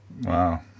Wow